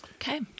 Okay